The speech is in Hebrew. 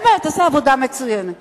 באמת, עשה עבודה מצוינת.